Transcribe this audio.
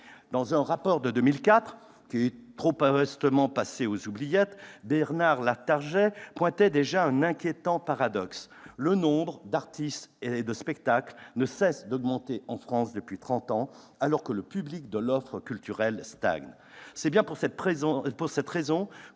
Dans un rapport de 2004, trop prestement passé aux oubliettes, Bernard Latarjet pointait déjà un inquiétant paradoxe : le nombre d'artistes et de spectacles ne cesse d'augmenter depuis trente ans, alors que le public de l'offre culturelle stagne. C'est bien pour cette raison que